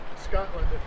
Scotland